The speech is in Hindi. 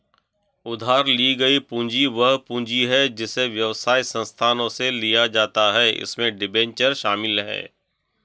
उधार ली गई पूंजी वह पूंजी है जिसे व्यवसाय संस्थानों से लिया जाता है इसमें डिबेंचर शामिल हैं